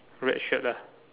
red shirt lah